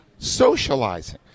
socializing